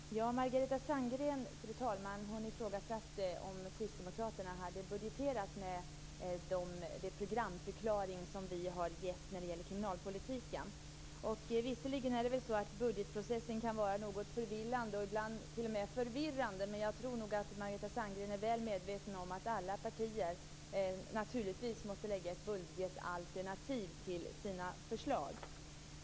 Fru talman! Margareta Sandgren ifrågasatte om vi kristdemokrater hade budgeterat vår programförklaring när det gäller kriminalpolitiken. Visserligen kan budgetprocessen vara något förvillande och ibland t.o.m. förvirrande, men jag tror nog att Margareta Sandgren är väl medveten om att alla partier naturligtvis måste lägga fram ett budgetalternativ i sina förslag.